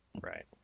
Right